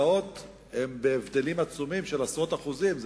יש הבדלים עצומים של עשרות אחוזים בהוצאות.